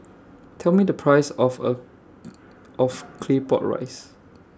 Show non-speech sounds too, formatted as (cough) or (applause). Tell Me The Price of A (noise) of Claypot Rice